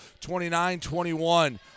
29-21